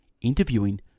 interviewing